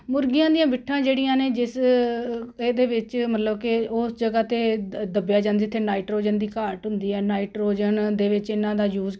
ਮੁਰਗੀਆਂ ਦੀਆਂ ਬਿੱਠਾਂ ਜਿਹੜੀਆਂ ਨੇ ਜਿਸ ਇਹਦੇ ਵਿੱਚ ਮਤਲਬ ਕਿ ਉਸ ਜਗ੍ਹਾ 'ਤੇ ਦ ਦੱਬਿਆ ਜਾਂਦਾ ਜਿੱਥੇ ਨਾਈਟਰੋਜਨ ਦੀ ਘਾਟ ਹੁੰਦੀ ਹੈ ਨਾਈਟਰੋਜਨ ਦੇ ਵਿੱਚ ਇਹਨਾਂ ਦਾ ਯੂਜ